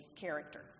character